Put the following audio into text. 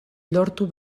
lortu